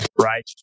right